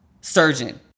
surgeon